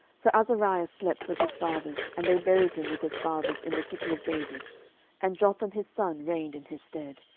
so azariah slept with his fathers and they buried him with his fathers in the city of david and jotham his son reigned in his stead.